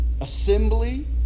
Assembly